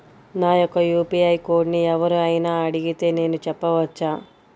నా యొక్క యూ.పీ.ఐ కోడ్ని ఎవరు అయినా అడిగితే నేను చెప్పవచ్చా?